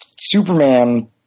Superman